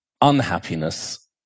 unhappiness